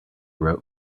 wrote